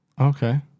okay